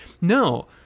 No